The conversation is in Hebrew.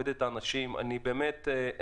אני מכבד את האנשים,